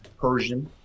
persian